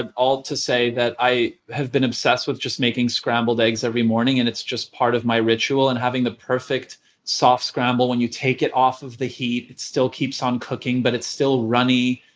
all to say that i have been obsessed with just making scrambled eggs every morning and it's just part of my ritual and having the perfect soft scramble. when you take it off of the heat, it still keeps on cooking, but it's still runny.